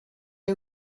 you